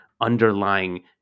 underlying